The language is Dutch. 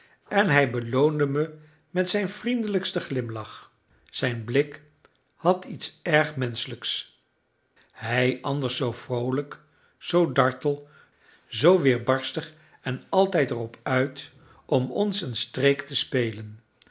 en hij beloonde me met zijn vriendelijksten glimlach zijn blik had iets erg menschelijks hij anders zoo vroolijk zoo dartel zoo weerbarstig en altijd er op uit om ons een streek te spelen